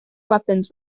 weapons